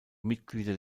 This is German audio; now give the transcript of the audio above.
mitglieder